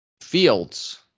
Fields